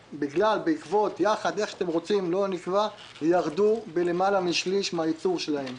בעקבות או יחד איך שאתם רוצים ירדו ביותר משליש בייצור שלהם.